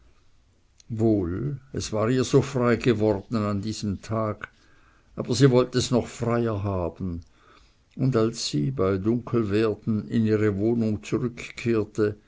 wohl es war ihr so frei geworden an diesem tag aber sie wollt es noch freier haben und als sie bei dunkelwerden in ihre wohnung zurückkehrte